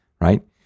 right